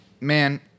man